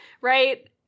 right